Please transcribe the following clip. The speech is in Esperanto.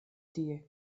tie